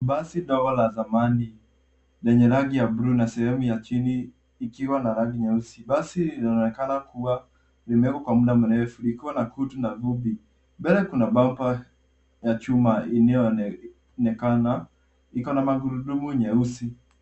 Basi dogo la zamani lenye rangi ya buluu na sehemu ya chini likiwa na rangi nyeusi basi linaonekana kuwa limekaa kwa mda mrefu likiwa na kutu na vumbi mbele kuna bamba ya chuma inayoonekana iko na magurudumu nyeusi.